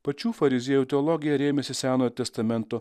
pačių fariziejų teologija rėmėsi senojo testamento